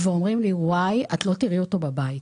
"את לא תראי אותו בבית",